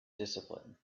discipline